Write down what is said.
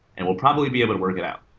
and we'll probably be able to work it out.